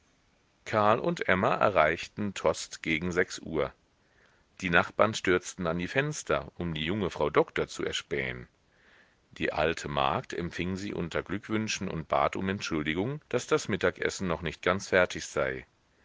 karl und emma erreichten tostes gegen sechs uhr die nachbarn stürzten an die fenster um die junge frau doktor zu erspähen die alte magd empfing sie unter glückwünschen und bat um entschuldigung daß das mittagessen noch nicht ganz fertig sei